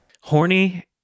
Horny